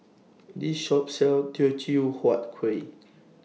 This Shop sells Teochew Huat Kueh